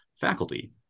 faculty